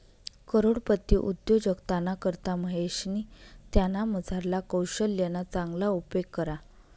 करोडपती उद्योजकताना करता महेशनी त्यानामझारला कोशल्यना चांगला उपेग करा